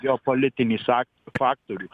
geopolitinis ak faktorius